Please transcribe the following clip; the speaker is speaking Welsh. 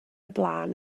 blaen